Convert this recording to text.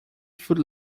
foot